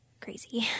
crazy